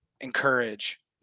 Encourage